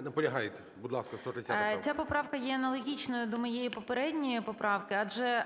Наполягаєте. Будь ласка, 130 правка. 13:53:06 ПТАШНИК В.Ю. Ця поправка є аналогічною до моєї попередньої поправки, адже